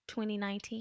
2019